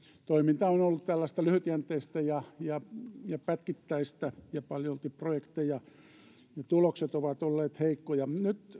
toiminta on ollut lyhytjänteistä ja ja pätkittäistä ja paljolti projekteja ja tulokset ovat olleet heikkoja